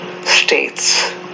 states